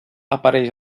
apareix